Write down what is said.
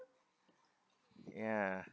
ya